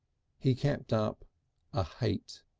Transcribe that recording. he kept up a hate.